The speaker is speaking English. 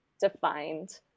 defined